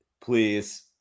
please